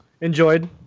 Enjoyed